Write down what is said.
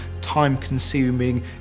time-consuming